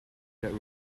that